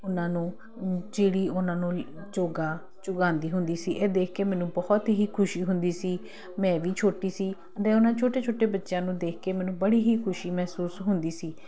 ਉਹਨਾਂ ਨੂੰ ਚਿੜੀ ਉਹਨਾਂ ਨੂੰ ਚੋਗਾ ਚੁਗਾਂਦੀ ਹੁੰਦੀ ਸੀ ਇਹ ਦੇਖ ਕੇ ਮੈਨੂੰ ਬਹੁਤ ਹੀ ਖੁਸ਼ੀ ਹੁੰਦੀ ਸੀ ਮੈਂ ਵੀ ਛੋਟੀ ਸੀ ਅਤੇ ਉਹਨਾਂ ਛੋਟੇ ਛੋਟੇ ਬੱਚਿਆਂ ਨੂੰ ਦੇਖ ਕੇ ਮੈਨੂੰ ਬੜੀ ਹੀ ਖੁਸ਼ੀ ਮਹਿਸੂਸ ਹੁੰਦੀ ਸੀ